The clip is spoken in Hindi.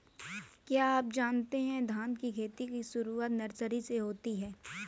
क्या आप जानते है धान की खेती की शुरुआत नर्सरी से होती है?